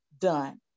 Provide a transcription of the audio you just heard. done